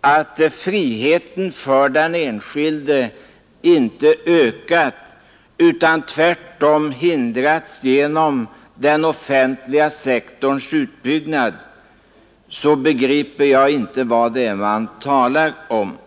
att friheten för den enskilde inte ökas utan tvärtom minskas genom den offentliga sektorns utbyggnad, så begriper jag inte vad det är man talar om.